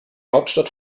hauptstadt